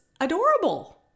adorable